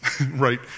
right